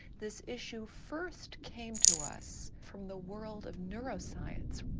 this issue first came to us from the world of neuroscience.